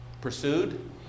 pursued